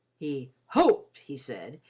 he hoped, he said,